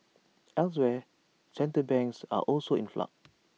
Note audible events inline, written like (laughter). (noise) elsewhere central banks are also in flux